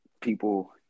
people